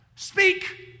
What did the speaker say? Speak